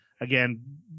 Again